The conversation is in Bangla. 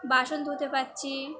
বাসন ধুতে পারছি